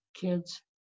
kids